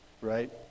right